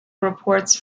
reports